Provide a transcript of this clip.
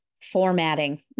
formatting